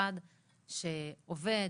למשרד שעובד.